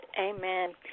Amen